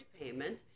payment